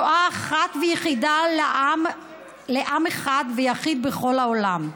שואה אחת ויחידה, לעם אחד ויחיד בכל העולם.